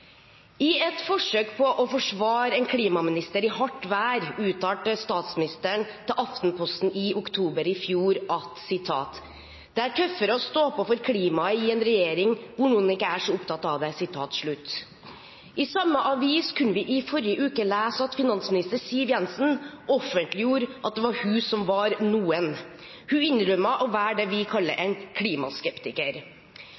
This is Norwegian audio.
Aftenposten i oktober i fjor: «Det er tøffere å stå på for klimaet i en regjering hvor noen ikke er så opptatt av det.» I samme avis kunne vi i forrige uke lese at finansminister Siv Jensen offentliggjorde at det var hun som var «noen». Hun innrømmet å være det vi kaller en klimaskeptiker.